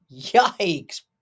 Yikes